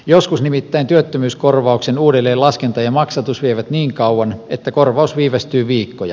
joskus nimittäin työttömyyskorvauksen uudelleenlaskenta ja maksatus vievät niin kauan että korvaus viivästyy viikkoja